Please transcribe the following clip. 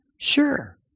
Sure